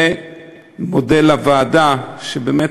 ומודה לוועדה שבאמת,